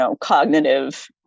cognitive